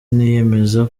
niyemeza